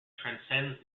transcends